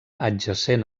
adjacent